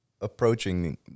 approaching